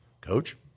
Coach